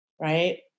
Right